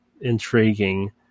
intriguing